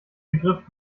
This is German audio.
begriff